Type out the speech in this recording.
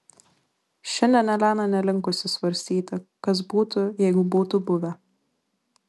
šiandien elena nelinkusi svarstyti kas būtų jeigu būtų buvę